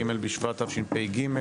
ג' בשבט תשפ"ג.